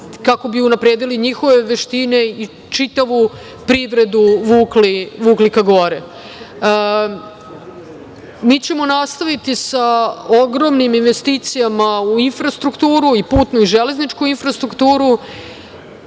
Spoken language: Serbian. kako bi unapredili njihove veštine i čitavu privredu vukli ka gore. Mi ćemo nastaviti sa ogromnim investicijama u infrastrukturu, putnu i železničku infrastrukturu.